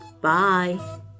bye